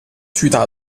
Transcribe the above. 巨大